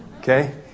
Okay